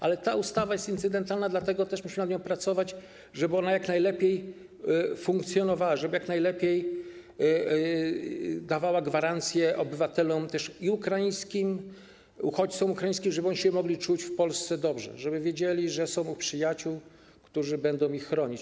Ale ta ustawa jest incydentalna, dlatego też musimy nad nią pracować, żeby ona jak najlepiej funkcjonowała, żeby jak najlepiej dawała gwarancję obywatelom ukraińskim, uchodźcom ukraińskim, żeby oni mogli czuć się w Polsce dobrze, żeby wiedzieli, że są u przyjaciół, którzy będą ich chronić.